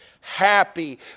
happy